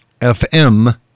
FM